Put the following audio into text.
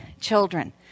children